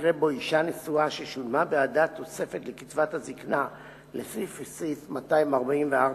מקרה שבו אשה נשואה ששולמה בעדה תוספת לקצבת הזיקנה לפי סעיף 24 לחוק,